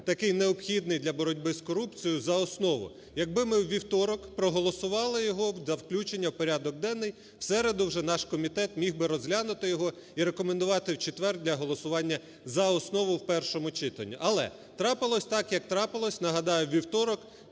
такий необхідний для боротьби з корупцією за основу. Якби ми у вівторок проголосували його за включення в порядок денний, в середу вже наш комітет міг розглянути його і рекомендувати в четвер для голосування за основу в першому читанні. Але, трапилось так як трапилось. Нагадаю: у вівторок